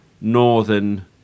northern